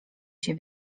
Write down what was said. cię